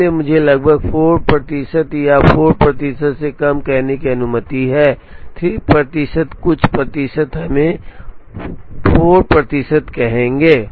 इसलिए मुझे लगभग 4 प्रतिशत या 4 प्रतिशत से कम कहने की अनुमति है 3 प्रतिशत कुछ प्रतिशत हम 4 प्रतिशत कहेंगे